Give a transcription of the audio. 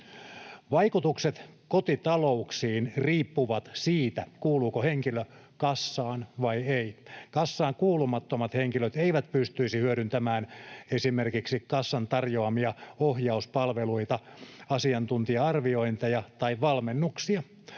Vaikutukset kotitalouksiin riippuvat siitä, kuuluuko henkilö kassaan vai ei. Kassaan kuulumattomat henkilöt eivät pystyisi hyödyntämään esimerkiksi kassan tarjoamia ohjauspalveluita, asiantuntija-arviointeja tai valmennuksia.